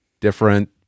different